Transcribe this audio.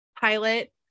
pilot